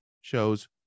shows